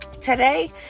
today